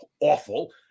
awful